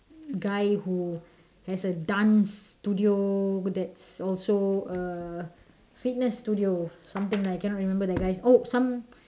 guy who has a dance studio that's also uh fitness studio something I cannot remember that guy's oh some